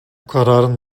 kararın